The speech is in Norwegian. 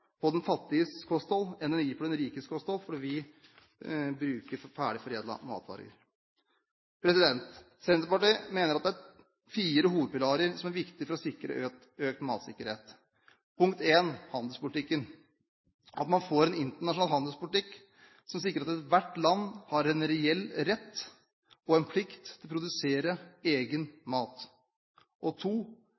på den fattiges kosthold enn den gir på den rikes kosthold, for vi bruker ferdigforedlede matvarer. Senterpartiet mener at det er fire hovedpilarer som er viktige for økt matsikkerhet: handelspolitikken, at man får en internasjonal handelspolitikk som sikrer at ethvert land har en reell rett og plikt til å produsere egen